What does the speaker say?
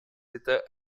états